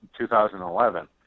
2011